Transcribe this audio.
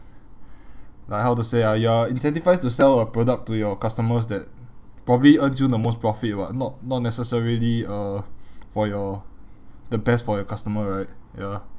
like how to say ah you are incentivised to sell a product to your customers that probably earns you the most profit [what] not not necessarily uh for your the best for your customer right ya